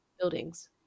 buildings